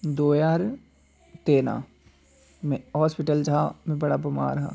दो ज्हार तेरां में हस्पिटल च हा में बड़ा बमार हा